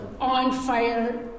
on-fire